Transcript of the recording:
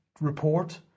report